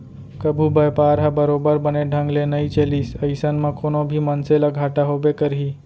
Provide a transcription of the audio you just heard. कभू बयपार ह बरोबर बने ढंग ले नइ चलिस अइसन म कोनो भी मनसे ल घाटा होबे करही